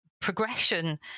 progression